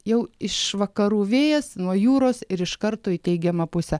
jau iš vakarų vėjas nuo jūros ir iš karto į teigiamą pusę